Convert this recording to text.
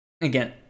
Again